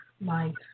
life